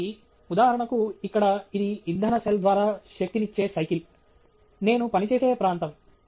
కాబట్టి ఉదాహరణకు ఇక్కడ ఇది ఇంధన సెల్ ద్వారా శక్తినిచ్చే సైకిల్ నేను పనిచేసే ప్రాంతం